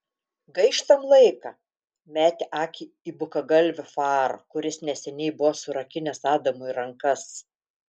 gaištam laiką metė akį į bukagalvį farą kuris neseniai buvo surakinęs adamui rankas